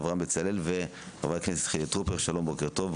אברהם בצלאל וחילי טרופר שלום ובוקר טוב,